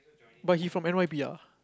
but he from n_y_p ah